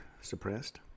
suppressed